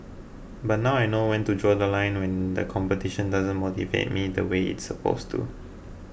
but now I know when to draw The Line when the competition doesn't motivate me the way it's supposed to